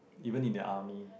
even in the army